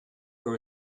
for